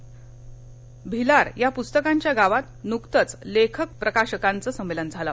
भिलार भिलार या पुस्तकांच्या गावात नुकतंच लेखक प्रकाशकांच समेलन झालं